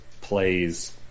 plays